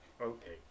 Okay